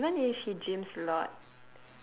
even if he gyms a lot